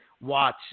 watch